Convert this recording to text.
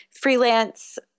freelance